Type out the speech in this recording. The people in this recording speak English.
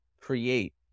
create